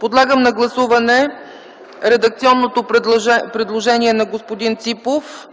Подлагам на гласуване редакционното предложение на господин Ципов